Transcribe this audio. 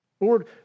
Lord